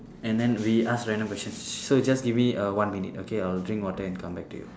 and then we ask random questions so you just give me err one minute okay I'll just drink water and come back to you